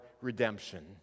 redemption